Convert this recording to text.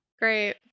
great